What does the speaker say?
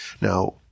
Now